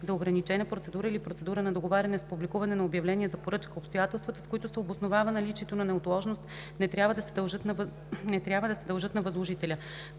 за ограничена процедура или процедура на договаряне с публикуване на обявление за поръчка; обстоятелствата, с които се обосновава наличието на неотложност, не трябва да се дължат на възложителя;